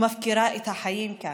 ומפקירה את החיים כאן,